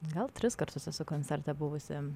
gal tris kartus esu koncerte buvusi